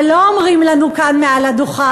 אבל לא אומרים לנו כאן, מעל הדוכן,